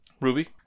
Ruby